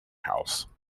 house